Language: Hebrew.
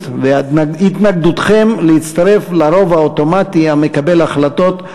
והתנגדותכם לרוב האוטומטי המקבל החלטות,